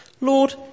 Lord